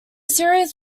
series